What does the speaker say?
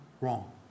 wrong